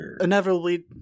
inevitably